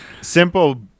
Simple